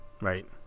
Right